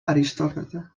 aristòcrata